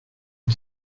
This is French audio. est